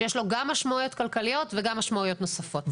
שיש לו גם משמעויות כלכליות וגם משמעויות נוספות.